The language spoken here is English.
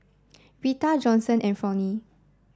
Rita Johnson and Fronie